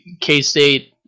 K-State